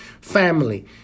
family